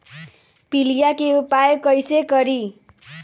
पीलिया के उपाय कई से करी?